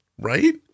right